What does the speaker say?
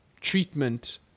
treatment